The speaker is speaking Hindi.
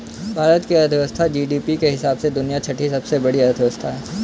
भारत की अर्थव्यवस्था जी.डी.पी के हिसाब से दुनिया की छठी सबसे बड़ी अर्थव्यवस्था है